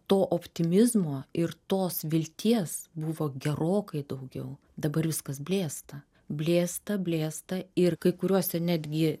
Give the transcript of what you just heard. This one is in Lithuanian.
to optimizmo ir tos vilties buvo gerokai daugiau dabar viskas blėsta blėsta blėsta ir kai kuriuose netgi